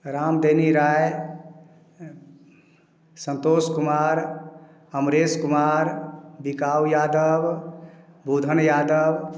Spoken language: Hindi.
राम देनी राय संतोश कुमार अमरेश कुमार बिकाऊ यादव बोधन यादव